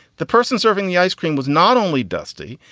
the person serving the ice cream was not only dusty,